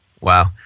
Wow